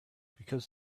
because